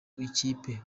ikipe